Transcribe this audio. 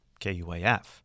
KUAF